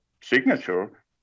signature